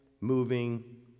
moving